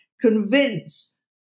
convince